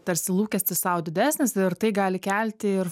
tarsi lūkestis sau didesnis ir tai gali kelti ir